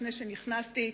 לפני שנכנסתי,